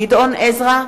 גדעון עזרא,